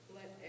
Let